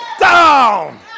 down